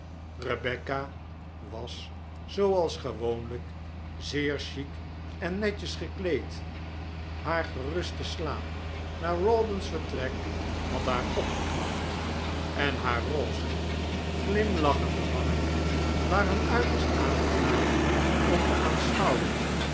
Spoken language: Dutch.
rebecca was zooals gewoonlijk zeer chic en netjes gekleed haar geruste slaap na rawdon's vertrek had haar opgeknapt en haar rose glimlachende wangen waren uiterst aangenaam om te aanschouwen